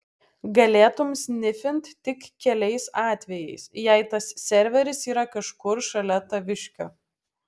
galėtum snifint tik keliais atvejais jei tas serveris yra kažkur šalia taviškio